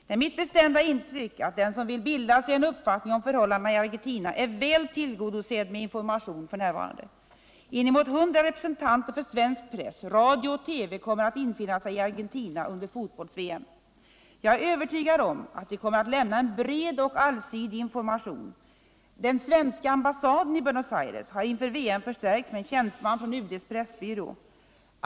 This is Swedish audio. Det är mitt bestämda intryck att den som vill bilda sig en uppfattning om förhållanden i Argentina är väl tillgodosedd med information f. n. Inemot 100 representanter för svensk press, radio och TV kommer att befinna sig i Argentina under fotbolls-VM. Jag är övertygad om ätt de kommer att lämna en bred och allsidig information. Den svenska ambassaden i Buenos Aires har inför VM förstärkts med en tjänsteman från UD:s pressbyrå.